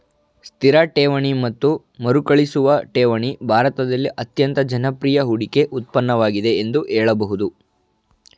ಸ್ಥಿರ ಠೇವಣಿ ಮತ್ತು ಮರುಕಳಿಸುವ ಠೇವಣಿ ಭಾರತದಲ್ಲಿ ಅತ್ಯಂತ ಜನಪ್ರಿಯ ಹೂಡಿಕೆ ಉತ್ಪನ್ನವಾಗಿದೆ ಎಂದು ಹೇಳಬಹುದು